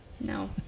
no